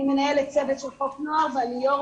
אני מנהלת צוות של חוק נוער ואני יושבת